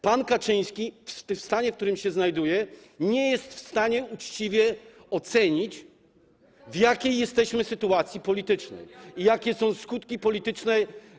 Pan Kaczyńskie w stanie, w którym się znajduje, nie jest w stanie uczciwie ocenić, w jakiej jesteśmy sytuacji politycznej i jakie są skutki decyzji politycznej.